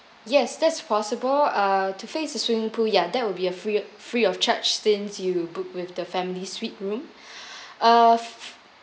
yes this possible uh to face a swimming pool ya that will be a free free of charge since you book with the family suite room uh